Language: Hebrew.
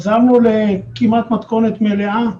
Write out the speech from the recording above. וחזרנו לכמעט מתכונת מלאה.